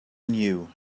knew